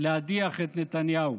להדיח את נתניהו.